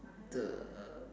the